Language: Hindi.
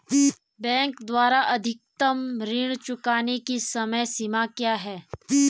बैंक द्वारा अधिकतम ऋण चुकाने की समय सीमा क्या है?